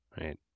right